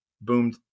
boomed